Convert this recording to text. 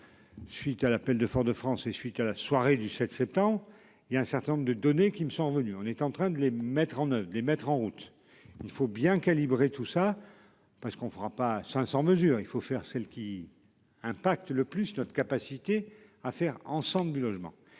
Suite à l'appel de Fort-de-France et suite à la soirée du 7 septembre. Il y a un certain nombre de données qui me sont revenus, on est en train de les mettre en oeuvre les mettre en route, il faut bien calibrer tout ça parce qu'on ne fera pas 500 mesure il faut faire celle qui. Impacte le plus notre capacité à faire ensemble du logement.